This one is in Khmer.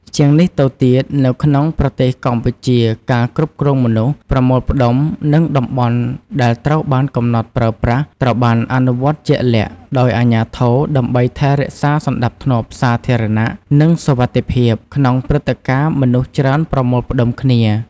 ជាងនេះទៅទៀត នៅក្នុងប្រទេសកម្ពុជាការគ្រប់គ្រងមនុស្សប្រមូលផ្ដុំ និងតំបន់ដែលត្រូវបានកំណត់ប្រើប្រាស់ ត្រូវបានអនុវត្តជាក់លាក់ដោយអាជ្ញាធរដើម្បីថែរក្សាសណ្ដាប់ធ្នាប់សាធារណៈ និងសុវត្ថិភាព ក្នុងព្រឹត្តិការណ៍មនុស្សច្រើនប្រមូលផ្តុំគ្នា។